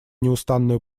неустанную